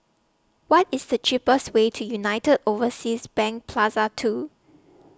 What IS The cheapest Way to United Overseas Bank Plaza two